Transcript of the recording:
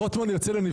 מי נמנע?